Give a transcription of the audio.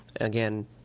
Again